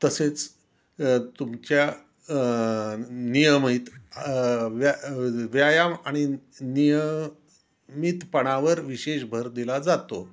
तसेच तुमच्या नियमित व्या व्यायाम आणि नियमितपणावर विशेष भर दिला जातो